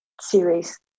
series